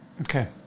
Okay